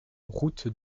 route